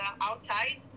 outside